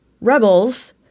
rebels